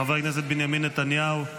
חבר הכנסת בנימין נתניהו,